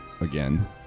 again